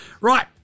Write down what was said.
Right